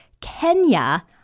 Kenya